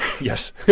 Yes